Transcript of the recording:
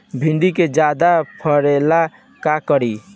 भिंडी के ज्यादा फरेला का करी?